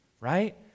right